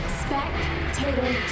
spectator